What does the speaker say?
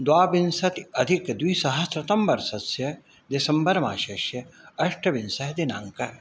द्वाविंशति अधिक द्विसहस्रतमवर्षस्य दिसम्बर् मासस्य अष्टविंशः दिनाङ्कः